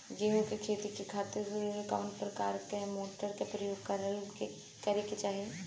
गेहूँ के खेती के खातिर कवना प्रकार के मोटर के प्रयोग करे के चाही?